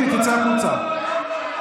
לא, לא.